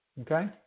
Okay